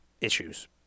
issues